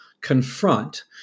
confront